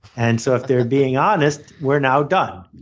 and so if they're being honest, we're now done.